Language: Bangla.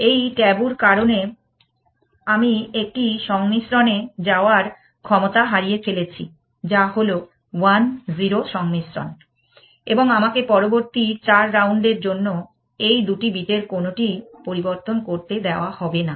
এই ট্যাবু র কারণে আমি একটি সংমিশ্রণে যাওয়ার ক্ষমতা হারিয়ে ফেলেছি যা হল 1 0 সংমিশ্রণ এবং আমাকে পরবর্তী চার রাউন্ডের জন্য এই দুটি বিটের কোনোটিই পরিবর্তন করতে দেওয়া হবে না